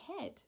head